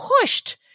pushed